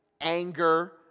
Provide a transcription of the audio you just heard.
anger